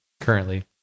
currently